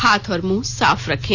हाथ और मुंह साफ रखें